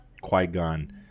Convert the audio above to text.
qui-gon